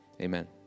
amen